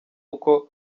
uko